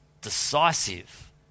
decisive